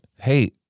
Hey